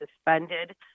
suspended